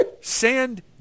Sand